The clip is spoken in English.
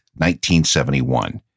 1971